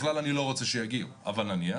ככלל אני לא רוצה שיגיעו, אבל נניח,